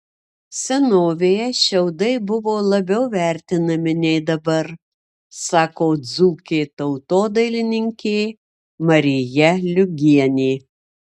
senovėje šiaudai buvo labiau vertinami nei dabar sako dzūkė tautodailininkė marija liugienė